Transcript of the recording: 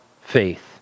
faith